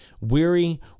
Weary